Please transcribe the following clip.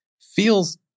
feels